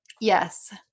Yes